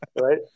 Right